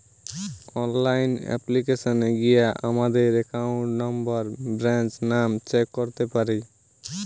online অ্যাপ্লিকেশানে গিয়া আমাদের একাউন্ট নম্বর, ব্রাঞ্চ নাম চেক করতে পারি